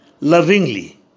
lovingly